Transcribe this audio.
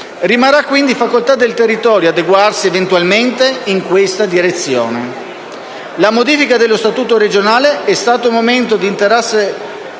Rimarrà quindi facoltà del territorio adeguarsi eventualmente in questa direzione. La modifica dello Statuto regionale è stato un momento di interessante